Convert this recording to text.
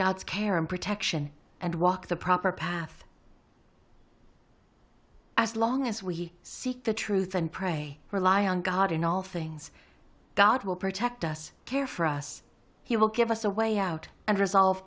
god's care and protection and walk the proper path as long as we seek the truth and pray rely on god in all things god will protect us care for us he will give us a way out and resolve